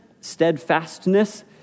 Steadfastness